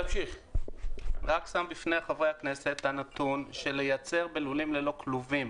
אני רק שם בפני חברי הכנסת את הנתון שלייצר בלולים ללא כלובים,